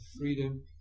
freedom